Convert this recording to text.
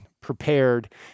prepared